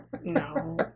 No